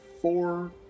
four